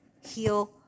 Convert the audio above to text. heal